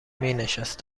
مینشست